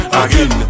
again